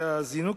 והזינוק